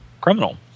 criminal